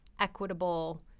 equitable